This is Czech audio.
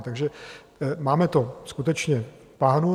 Takže máme to skutečně v plánu.